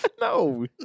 no